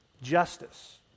justice